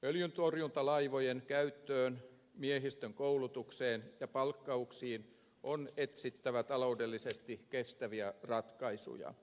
öljyntorjuntalaivojen käyttöön miehistön koulutukseen ja palkkaukseen on etsittävä taloudellisesti kestäviä ratkaisuja